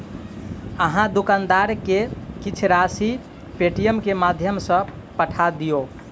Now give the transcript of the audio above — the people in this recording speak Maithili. अहाँ दुकानदार के किछ राशि पेटीएमम के माध्यम सॅ पठा दियौ